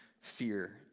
fear